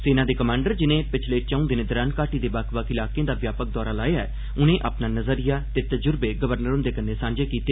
सेना दे कमांडर जिनें पिच्छले चौं दिनें दौरान घाटी दे बक्ख बक्ख इलाकें दा व्यापक दौरा लाया ऐ उनें अपना नज़रिया ते तजुर्बे गवर्नर हुंदे कन्नै सांझे कीते